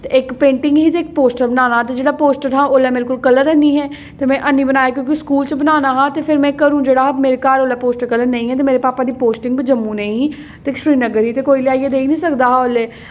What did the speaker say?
ते इक पेंटिंग ही ते इक पोस्टर बनाना हा ते जेह्ड़ा पोस्टर हा ओह् मेरे कोल उसलै कल्लर हैनी हे ते में हैनी बनाए क्योंकि स्कूल च बनाना हा ते फिर में घरुं जेह्ड़ा मेरे घर ओह् पोस्टर कल्लर नेईं हा ते मेेरे पापा दी पोस्टिंग बी जम्मू नेईं ही ते श्रीनगर ही ते कोई लेआइयै देई निं सकदा ओह्